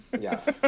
Yes